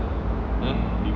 hmm